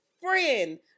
friend